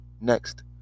next